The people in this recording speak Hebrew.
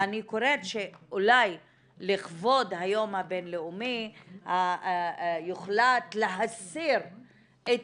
ואני קוראת שאולי לכבוד היום הבינלאומי יוחלט להסיר את